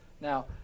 Now